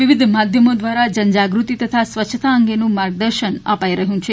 વિવિધ માધ્યમો દ્વારા જનજાગૃતિ તથા સ્વચ્છતા અંગેનું માર્ગદર્શન અપાઈ રહ્યું છે